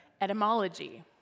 etymology